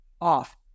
off